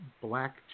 Black